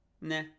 nah